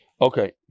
Okay